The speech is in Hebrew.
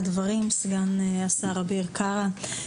תודה רבה על הדברים, סגן השר אביר קארה.